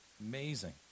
Amazing